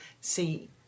see